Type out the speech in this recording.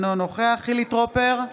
אינו נוכח חילי טרופר,